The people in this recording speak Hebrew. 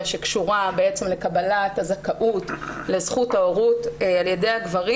שקשורה לקבלת הזכאות לזכות ההורות על ידי הגברים,